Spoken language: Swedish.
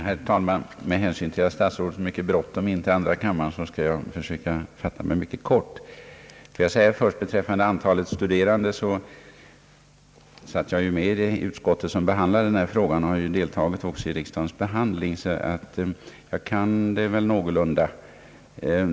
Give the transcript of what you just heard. Herr talman! Med hänsyn till att statsrådet har mycket bråttom in till andra kammaren skall jag försöka fatta mig mycket kort. Beträffande antalet studerande vill jag säga att jag satt med i det utskott som behandlade denna fråga, och jag har också deltagit i riksdagens behandling, så jag kan väl ärendet någorlunda.